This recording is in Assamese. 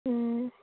ও